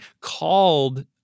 called